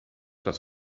das